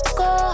go